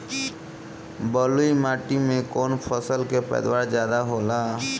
बालुई माटी में कौन फसल के पैदावार ज्यादा होला?